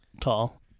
tall